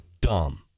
dumb